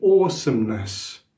awesomeness